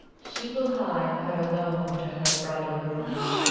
she will hie her alone to her bridal room,